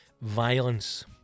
violence